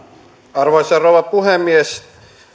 arvoisa rouva puhemies